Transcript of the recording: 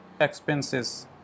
expenses